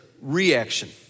reaction